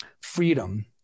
freedom